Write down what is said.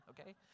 okay